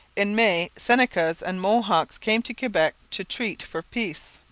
in may senecas and mohawks came to quebec to treat for peace.